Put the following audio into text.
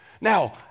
Now